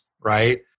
right